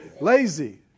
Lazy